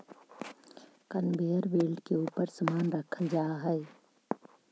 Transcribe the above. conveyor belt के ऊपर समान रखल जा हई